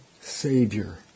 Savior